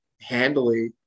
handily